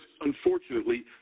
unfortunately